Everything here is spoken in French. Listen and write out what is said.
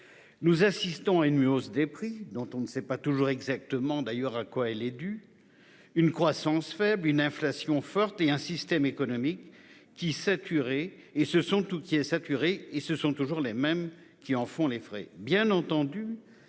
Nous assistons à une hausse des prix, dont on ne sait pas toujours exactement à quoi elle est due, à une croissance faible, à une inflation forte et à un système économique saturé. Et ce sont toujours les mêmes qui en font les frais